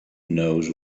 knows